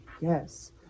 Yes